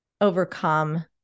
overcome